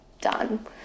done